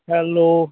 hello